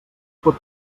pot